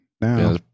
now